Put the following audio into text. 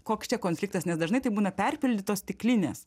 koks čia konfliktas nes dažnai tai būna perpildytos stiklinės